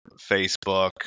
Facebook